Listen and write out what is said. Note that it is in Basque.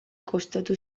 kostatu